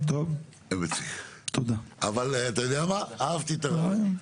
אבל אהבתי את הרעיון.